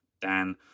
Dan